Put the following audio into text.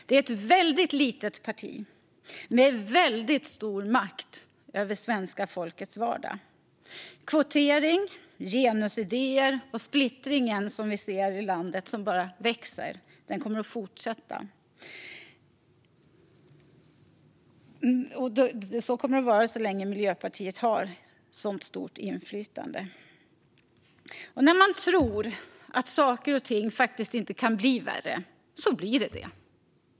Det är ett väldigt litet parti med väldigt stor makt över svenska folkets vardag. Kvotering, genusidéer och den växande splittringen i landet kommer att fortsätta så länge Miljöpartiet har ett så stort inflytande. När man tror att saker och ting faktiskt inte kan bli värre så blir de det.